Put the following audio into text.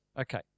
okay